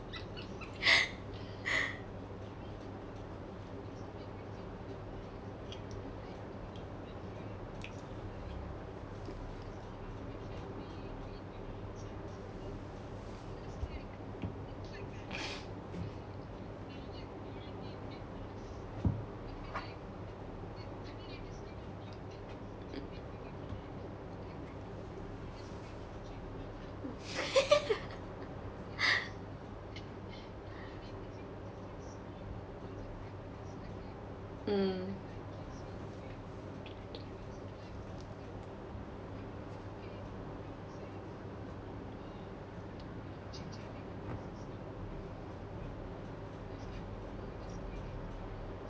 mm